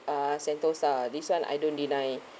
uh sentosa this one I don't deny